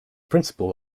principal